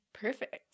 Perfect